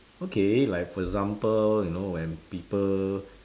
okay like for example you know when people